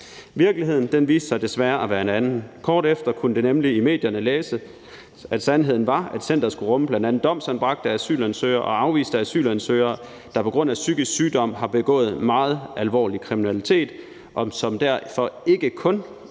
Virkeligheden viste sig desværre at være en anden. Kort efter kunne man nemlig i medierne læse, at sandheden var, at centeret skulle rumme bl.a. domsanbragte asylansøgere og afviste asylansøgere, der på grund af psykisk sygdom har begået meget alvorlig kriminalitet, og som derfor, ikke kun